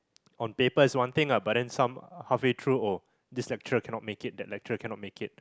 on paper is one thing ah but then some halfway through oh this lecturer cannot make it that lecturer cannot make it